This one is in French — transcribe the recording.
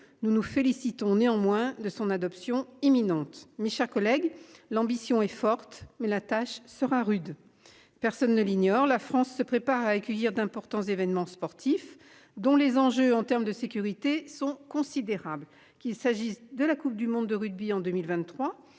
Nous nous félicitons néanmoins de son adoption imminente Mischa collègue. L'ambition est forte mais la tâche sera rude. Personne ne l'ignore, la France se prépare à accueillir d'importants événements sportifs dont les enjeux en terme de sécurité sont considérables. Qu'il s'agisse de la Coupe du monde de rugby en 2023